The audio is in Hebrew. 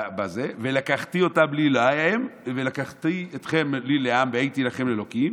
"ולקחתי אתכם לי לעם והייתי לכם לאלהים